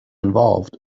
involved